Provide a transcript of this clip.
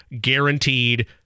guaranteed